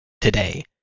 today